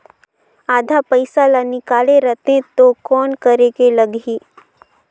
आधा पइसा ला निकाल रतें तो कौन करेके लगही?